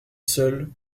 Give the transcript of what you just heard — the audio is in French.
seule